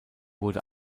wurde